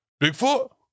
Bigfoot